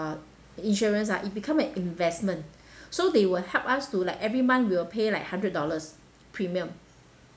insurance ah it become an investment so they will help us to like every month we will pay like hundred dollars premium